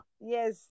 Yes